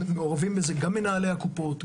מעורבים בזה גם מנהלי הקופות,